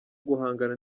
guhangana